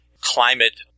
climate